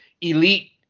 elite